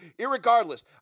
Irregardless